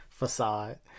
facade